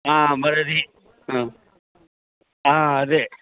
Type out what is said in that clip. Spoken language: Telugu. మరి అది అదే